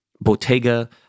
Bottega